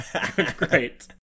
Great